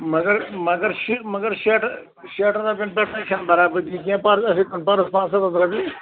مگر مگر شےٚ مگر شٮ۪ٹھن شٮ۪ٹھن رۄپین پٮ۪ٹھ نَے چھم بَرابٔری کیٚنٛہہ پَرُس اَسے کُن پَرُس پانٛژسَتتھ رۄپیہِ